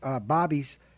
Bobby's